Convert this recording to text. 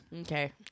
Okay